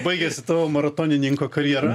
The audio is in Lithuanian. baigėsi tavo maratonininko karjera